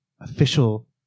official